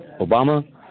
Obama